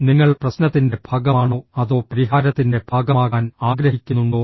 നിങ്ങൾ പ്രശ്നത്തിൻ്റെ ഭാഗമാണോ അതോ പരിഹാരത്തിൻ്റെ ഭാഗമാകാൻ ആഗ്രഹിക്കുന്നുണ്ടോ